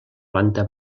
planta